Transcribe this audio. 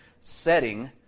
setting